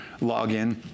login